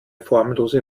formlose